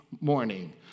morning